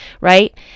right